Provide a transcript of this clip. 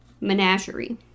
menagerie